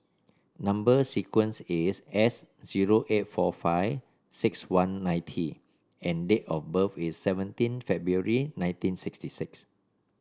number sequence is S zero eight four five six one nine T and date of birth is seventeen February nineteen sixty six